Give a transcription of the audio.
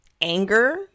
anger